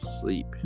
sleep